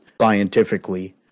scientifically